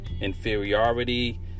inferiority